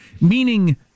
Meaning